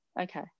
okay